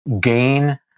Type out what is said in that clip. gain